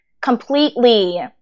completely